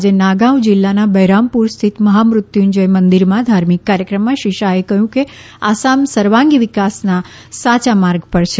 આજે નાગાંવ જિલ્લાના બહેરામપુર સ્થિત મહામૃત્યુંજય મંદિરમાં ધાર્મિક કાર્યક્રમમાં શ્રી શાહે કહ્યું કે આસામ સર્વાંગી વિકાસના સાચા માર્ગ પર છે